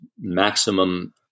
maximum